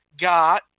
got